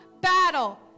battle